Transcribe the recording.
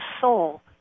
soul